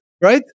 right